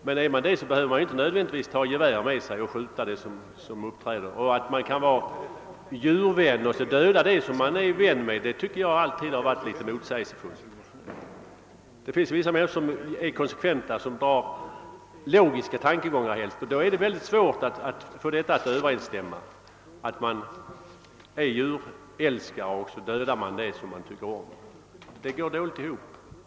Men är man det behöver man ju inte nödvändigtvis ta gevär med sig och skjuta det vilt som finns i markerna. Och att man kan vara djurvän och så döda det som man är vän med har jag alltid funnit motsägelsefullt. Det finns människor som är konsekventa och drar logiska slutsatser, och då är det mycket svårt att få detta att överensstämma, att man är djurälskare och så dödar man det som man tycker om. Det går dåligt ihop.